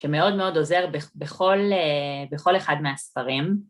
‫שמאוד מאוד עוזר בכל אה... בכל אחד מהספרים.